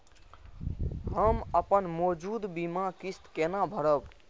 हम अपन मौजूद बीमा किस्त केना भरब?